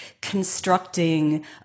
constructing